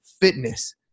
fitness